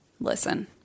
Listen